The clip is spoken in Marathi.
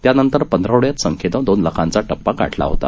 त्यानंतर पंधरवड़यात संख्येनं दोन लाखांचा टप्पा गाठला होता